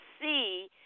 see